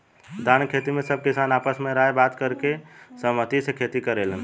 धान के खेती में सब किसान आपस में राय बात करके सहमती से खेती करेलेन